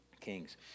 kings